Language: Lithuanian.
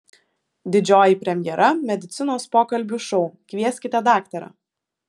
didžioji premjera medicinos pokalbių šou kvieskite daktarą